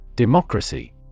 Democracy